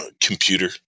computer